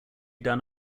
done